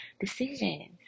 decisions